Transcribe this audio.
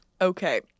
Okay